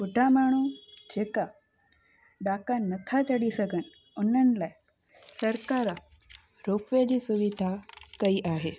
एॾा माण्हू जेका ॾाका नथा चढ़ी सघनि उन्हनि लाइ सरकारु रोपवे जी सुविधा कई आहे